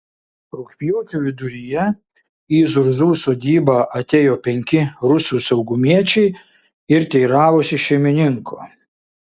rugpjūčio viduryje į zurzų sodybą atėjo penki rusų saugumiečiai ir teiravosi šeimininko